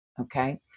Okay